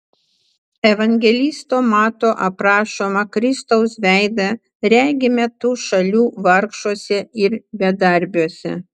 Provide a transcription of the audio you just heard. evangelisto mato aprašomą kristaus veidą regime tų šalių vargšuose ir bedarbiuose